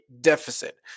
deficit